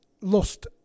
lost